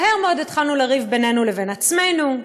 ומהר מאוד התחלנו לריב בינינו לבין עצמנו.